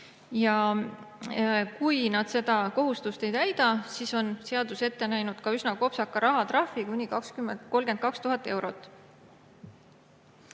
Kui nad seda kohustust ei täida, siis on seadus ette näinud ka üsna kopsaka rahatrahvi: kuni 32 000 eurot.